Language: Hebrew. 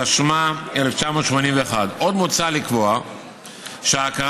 התשמ"א 1981). עוד מוצע לקבוע שההכרה